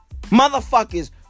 Motherfuckers